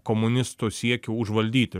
komunistų siekį užvaldyti